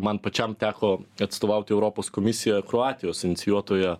man pačiam teko atstovauti europos komisiją kroatijos inicijuotoje